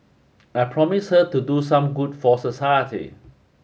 I promised her to do some good for society